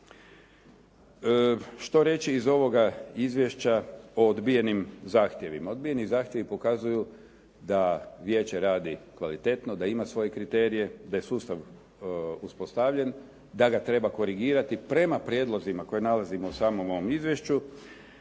Što reći iz ovoga izvješća o odbijenim zahtjevima? Odbijeni zahtjevi pokazuju da vijeće radi kvalitetno, da ima svoje kriterije, da je sustav uspostavljen, da ga treba korigirati prema prijedlozima koje nalazimo u samom ovom izvješću